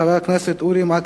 אני מזמין את חבר הכנסת אורי מקלב